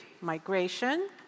migration